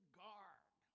guard